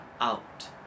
out